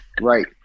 Right